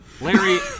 Larry